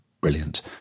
brilliant